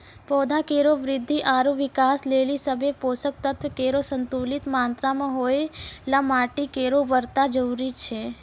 पौधा केरो वृद्धि आरु विकास लेलि सभ्भे पोसक तत्व केरो संतुलित मात्रा म होवय ल माटी केरो उर्वरता जरूरी छै